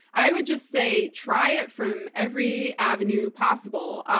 i would just say, try it from every avenue possible.